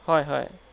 হয় হয়